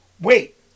wait